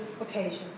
occasion